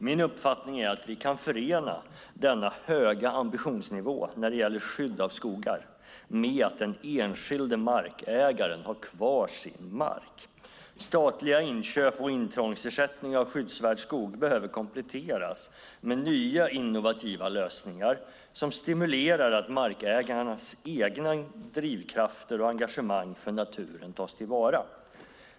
Min uppfattning är att vi kan förena denna höga ambitionsnivå när det gäller skydd av skogar med att den enskilde markägaren har kvar sin mark. Statliga inköp och intrångsersättning av skyddsvärd skog behöver kompletteras med nya innovativa lösningar som stimulerar att markägarens egna drivkrafter och engagemang för naturen tas till vara.